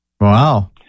Wow